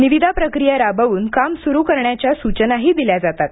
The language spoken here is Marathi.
निविदा प्रक्रिया राबवून काम सुरू करण्याच्या सूचनाही दिल्या जातात